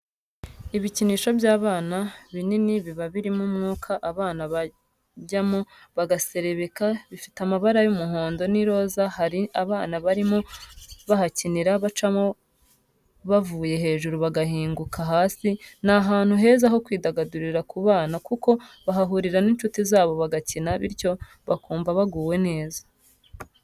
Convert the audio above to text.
Ibikinisho by'abana binini biba birimo umwuka abana bajyamo bagaserebeka, bifite amabara y'umuhondo n'iroza hari abana barimo bahakinira bacamo bavuye hejuru bagahinguka hasi ni ahantu heza ho kwidagadurira ku bana kuko bahahurira n'inshuti zabo bagakina bityo bakumva baguwe neza.